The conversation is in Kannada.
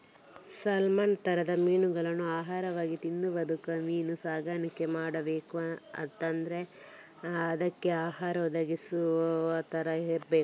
ಸಾಲ್ಮನ್ ತರದ ಮೀನುಗಳನ್ನೇ ಆಹಾರವಾಗಿ ತಿಂದು ಬದುಕುವ ಮೀನಿನ ಸಾಕಣೆ ಮಾಡ್ಬೇಕು ಅಂತಾದ್ರೆ ಅದ್ಕೆ ಆಹಾರ ಒದಗಿಸುವ ತರ ಇರ್ಬೇಕು